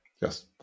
Yes